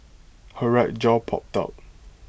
her right jaw popped out